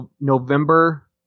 November